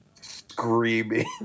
screaming